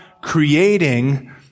creating